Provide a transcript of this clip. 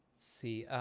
see.